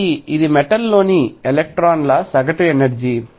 కాబట్టి ఇది మెటల్ లోని ఎలక్ట్రాన్ల సగటు ఎనర్జీ